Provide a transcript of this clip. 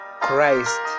Christ